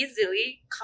easily